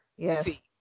Yes